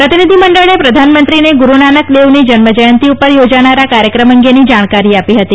પ્રતિનિધી મંડળે પ્રધાનમંત્રીને ગુરૂનાનક દેવની જન્મજયંતી પર યોજાનારા કાર્યક્રમ અંગેની જાણકારી આપી હતી